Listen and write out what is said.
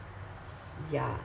ya